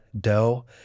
dough